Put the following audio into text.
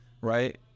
right